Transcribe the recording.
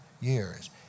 years